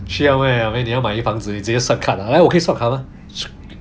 需要 meh I mean 你要买一房子你直接 swipe card ah 我可以 swipe 卡 mah stupid